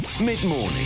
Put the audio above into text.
mid-morning